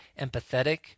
empathetic